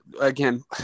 again